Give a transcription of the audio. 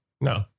No